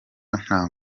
nta